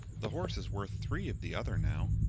the horse is worth three of the other now.